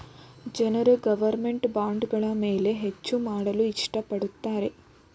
ಜನರು ಗೌರ್ನಮೆಂಟ್ ಬಾಂಡ್ಗಳ ಮೇಲೆ ಹೆಚ್ಚು ಮಾಡಲು ಇಷ್ಟ ಪಡುತ್ತಾರೆ